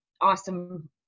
awesome